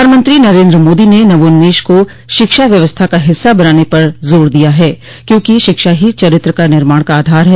प्रधानमंत्री नरेन्द्र मोदी ने नवोन्मेष को शिक्षा व्यवस्था का हिस्सा बनाने पर जोर दिया है क्योंकि शिक्षा ही चरित्र निर्माण का आधार है